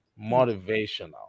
motivational